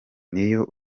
n’iyo